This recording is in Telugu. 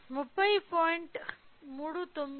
3 0